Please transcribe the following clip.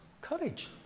courage